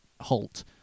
halt